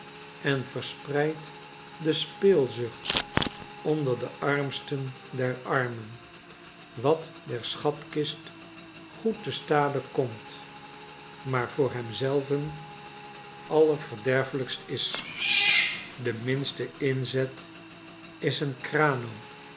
en verspreidt de speelzucht onder de armsten der armen wat der schatkist goed te stade komt maar voor hem zclven allerverderfelijkst is de minste inzet is een grano